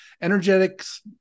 energetics